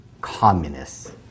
communists